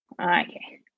Okay